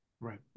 Right